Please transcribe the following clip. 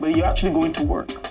but you're actually going to work.